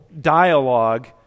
dialogue